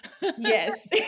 Yes